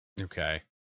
Okay